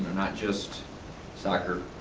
not just soccer,